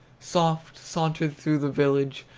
soft sauntered through the village,